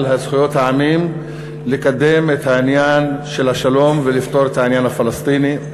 על זכויות העמים לקדם את העניין של השלום ולפתור את העניין הפלסטיני.